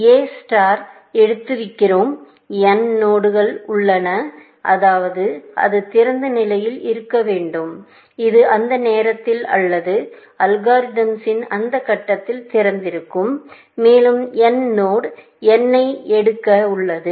எ star எடுக்கவிருக்கும் n நோடுஉள்ளது அதாவது அது திறந்த நிலையில் இருக்க வேண்டும் இது அந்த நேரத்தில் அல்லது அல்காரிதம்ஸின் அந்த கட்டத்தில் திறந்திருக்கும் மேலும் n நோடு n ஐ எடுக்க உள்ளது